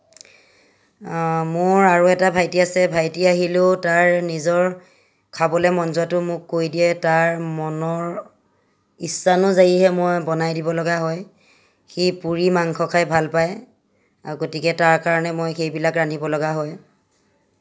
মোৰ আৰু এটা ভাইটি আছে ভাইটি আহিলেও তাৰ নিজৰ খাবলৈ মন যোৱাটো মোক কৈ দিয়ে তাৰ মনৰ ইচ্ছানুযায়ীহে মই বনাই দিব লগা হয় সি পুৰি মাংস খাই ভাল পায় গতিকে তাৰ কাৰণে মই সেইবিলাক ৰান্ধিবলগা হয়